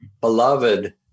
beloved